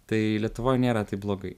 tai lietuvoj nėra taip blogai